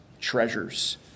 treasures